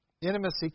Intimacy